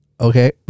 okay